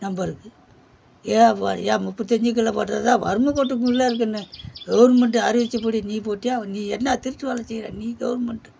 நம்பருக்கு ஏன் அப்போ ஏன் முப்பத்தஞ்சி கிலோ போட்டது தான் வறுமை கோட்டுக்குள்ளே இருக்குதுனு கவுர்மெண்டு அறிவிச்சப்படி நீ போட்டியா நீ என்ன திருட்டு வேலை செய்கிற நீ கவுர்மெண்டு